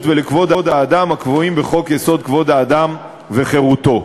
ולכבוד האדם הקבועה בחוק-יסוד: כבוד האדם וחירותו.